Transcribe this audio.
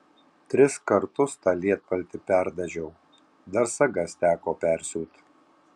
tris kartus tą lietpaltį perdažiau dar sagas teko persiūt